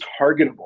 targetable